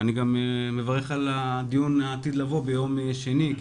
אני גם מברך על הדיון העתיד לבוא ביום שני כי